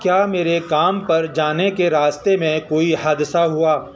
کیا میرے کام پر جانے کے راستے میں کوئی حادثہ ہوا